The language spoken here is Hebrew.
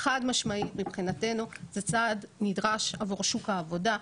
חד משמעית מבחינתנו זה צעד נדרש עבור שוק העבודה,